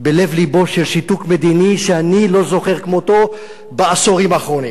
בלב לבו של שיתוק מדיני שאני לא זוכר כמותו בעשורים האחרונים.